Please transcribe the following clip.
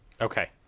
Okay